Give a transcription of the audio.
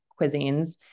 cuisines